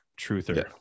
truther